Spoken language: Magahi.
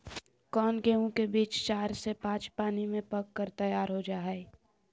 कौन गेंहू के बीज चार से पाँच पानी में पक कर तैयार हो जा हाय?